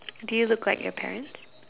do you look like your parents